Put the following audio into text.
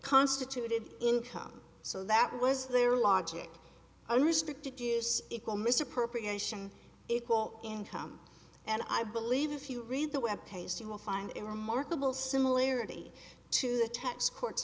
constituted income so that was their logic i restricted use equal misappropriation it's all income and i believe if you read the web pages you will find it remarkable similarity to the tax court